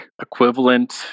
equivalent